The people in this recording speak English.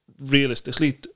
Realistically